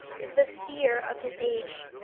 is the see-er of his age.